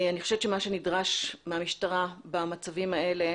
אני חושבת שמה שנדרש מהמשטרה במצבים האלה